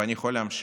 ואני יכול להמשיך.